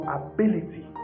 ability